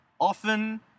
often